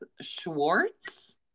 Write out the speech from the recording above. Schwartz